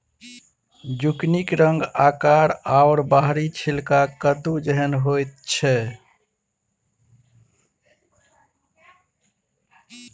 जुकिनीक रंग आकार आओर बाहरी छिलका कद्दू जेहन होइत छै